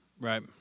Right